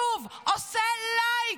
שוב, עושה לייק,